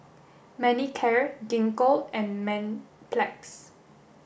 Manicare Gingko and Mepilex